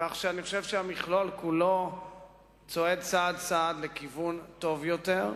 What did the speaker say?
כך שאני חושב שהמכלול כולו צועד צעד-צעד לכיוון טוב יותר.